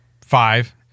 five